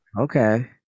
okay